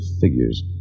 figures